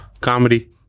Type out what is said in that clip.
comedy